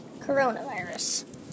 coronavirus